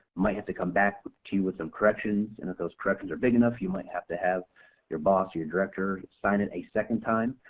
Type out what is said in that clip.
might have to come back to you with some corrections and if those corrections are big enough you might have to have your boss, your director sign it a second time.